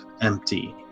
empty